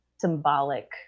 symbolic